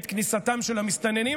את כניסתם של המסתננים,